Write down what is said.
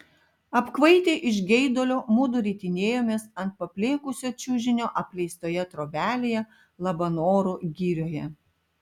apkvaitę iš geidulio mudu ritinėjomės ant paplėkusio čiužinio apleistoje trobelėje labanoro girioje